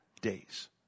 days